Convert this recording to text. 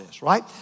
right